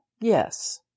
yes